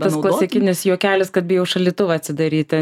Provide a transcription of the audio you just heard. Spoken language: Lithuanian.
tas klasikinis juokelis kad bijau šaldytuvą atsidaryti